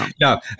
No